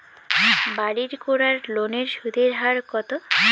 বাড়ির করার লোনের সুদের হার কত?